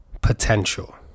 potential